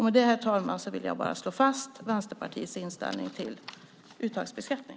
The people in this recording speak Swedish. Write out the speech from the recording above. Med detta vill jag bara slå fast Vänsterpartiets inställning till uttagsbeskattning.